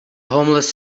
homeless